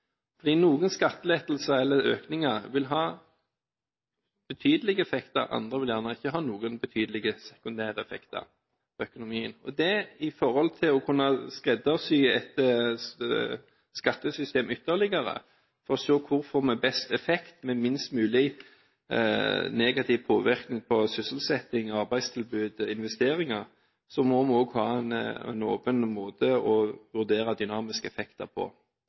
Noen skattelettelser eller -økninger vil ha betydelige effekter på økonomien, og andre vil ikke ha noen betydelige sekundære effekter. I forhold til å kunne skreddersy et skattesystem ytterligere for å se hvor vi får best effekt med minst mulig negativ påvirkning på sysselsetting, arbeidstilbud og investeringer, må vi også ha en åpen måte å vurdere dynamiske effekter på